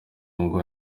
ngo